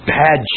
bad